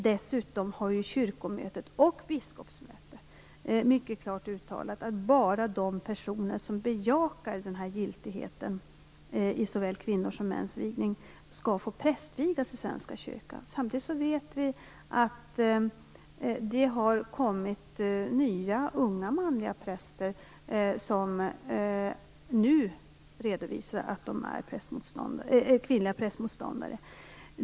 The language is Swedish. Dessutom har kyrkomöte och biskopsmöte mycket klart uttalat att bara de personer som bejakar den här giltigheten i såväl kvinnors som mäns vigning skall få prästvigas i Svenska kyrkan. Samtidigt vet vi att det har kommit nya unga manliga präster, som nu redovisar att de är motståndare till kvinnliga präster.